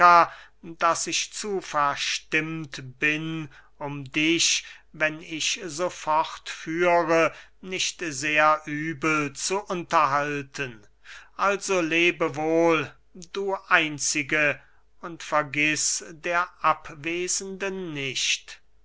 daß ich zu verstimmt bin um dich wenn ich so fortfahre nicht sehr übel zu unterhalten also lebe wohl du einzige und vergiß der abwesenden nicht